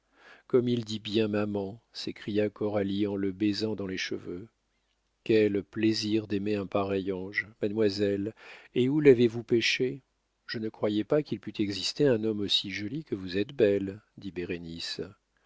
comme il dit bien maman s'écria coralie en le baisant dans les cheveux quel plaisir d'aimer un pareil ange mademoiselle et où l'avez-vous pêché je ne croyais pas qu'il pût exister un homme aussi joli que vous êtes belle dit